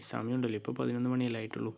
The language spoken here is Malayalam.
സമയം ഉണ്ടല്ലോ ഇപ്പം പതിനൊന്ന് മണി അല്ലേ ആയിട്ടുള്ളൂ